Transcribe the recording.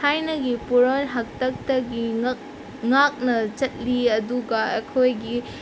ꯊꯥꯏꯅꯒꯤ ꯄꯨꯔꯣꯜ ꯍꯥꯛꯇꯛꯇꯒꯤ ꯉꯥꯛꯅ ꯆꯠꯂꯤ ꯑꯗꯨꯒ ꯑꯩꯈꯣꯏꯒꯤ